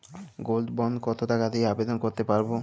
Gold bond কত টাকা দিয়ে আবেদন করতে পারবো?